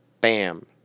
Bam